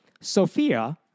Sophia